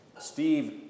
Steve